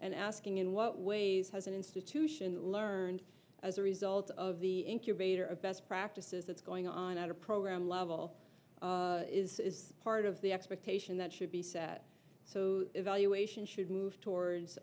and asking in what ways has an institution learned as a result of the incubator of best practices that's going on at a program level is part of the expectation that should be set so evaluation should move towards